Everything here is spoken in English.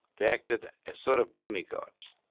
they acted as sort of demigods.